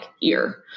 ear